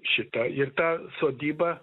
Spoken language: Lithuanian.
šitą ir ta sodyba